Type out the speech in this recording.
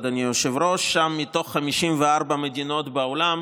אדוני היושב-ראש: שם מתוך 54 מדינות בעולם